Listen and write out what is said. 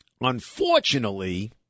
Unfortunately